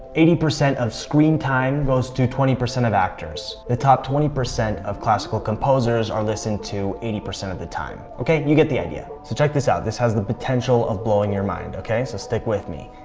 eighty percent of screen time goes to twenty percent of actors. the top twenty percent of classical composers are listened to eighty percent of the time. okay? you get the idea. so, check this out. this has the potential of blowing your mind. okay? so stick with me.